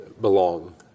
belong